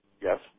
Yes